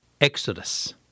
Exodus